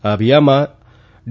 આ અભિયાનમાં ડી